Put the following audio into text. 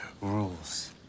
Rules